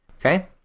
Okay